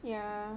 yeah